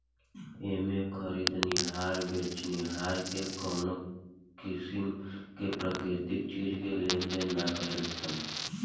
एमें में खरीदनिहार बेचनिहार से कवनो किसीम के प्राकृतिक चीज के लेनदेन ना करेलन सन